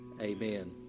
Amen